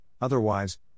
otherwise